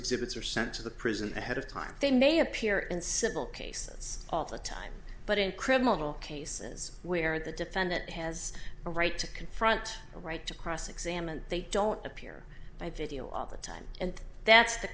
exhibits are sent to the prison the head of time they may appear in civil cases all the time but in criminal cases where the defendant has a right to confront a right to cross examine they don't appear by theo all the time and that's the